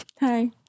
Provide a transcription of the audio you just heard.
hi